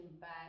back